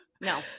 no